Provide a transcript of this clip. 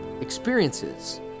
experiences